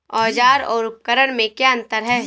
औज़ार और उपकरण में क्या अंतर है?